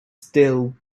still